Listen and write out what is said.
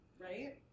Right